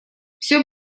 всё